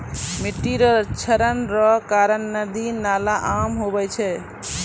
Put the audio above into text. मिट्टी रो क्षरण रो कारण नदी नाला जाम हुवै छै